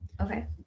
okay